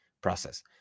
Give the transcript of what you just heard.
process